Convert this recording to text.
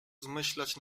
zmyślać